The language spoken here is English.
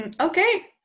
Okay